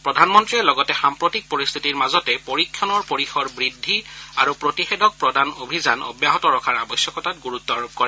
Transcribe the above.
প্ৰধানমন্ত্ৰীয়ে লগতে সাম্প্ৰতিক পৰিস্থিতিৰ মাজতে পৰীক্ষণৰ পৰিসৰ বৃদ্ধি আৰু প্ৰতিষেধক প্ৰদান অভিযান অব্যাহত ৰখাৰ আৱশ্যকতাত গুৰুত্ আৰোপ কৰে